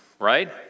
right